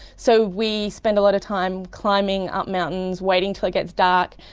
so we spend a lot of time climbing up mountains, waiting until it gets dark,